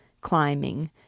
climbing